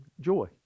joy